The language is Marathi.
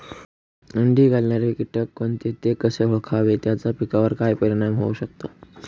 अंडी घालणारे किटक कोणते, ते कसे ओळखावे त्याचा पिकावर काय परिणाम होऊ शकतो?